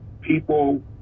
people